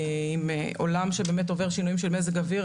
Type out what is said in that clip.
עם עולם שבאמת עובר שינויים של מזג אויר.